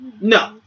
No